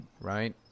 right